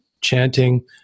chanting